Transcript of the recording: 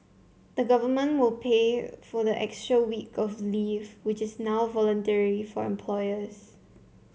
the government will pay for the extra week of leave which is now voluntary for employers